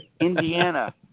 Indiana